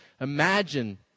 Imagine